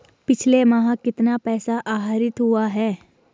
पिछले माह कितना पैसा आहरित हुआ है?